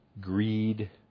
greed